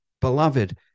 Beloved